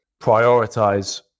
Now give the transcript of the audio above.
prioritize